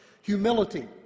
Humility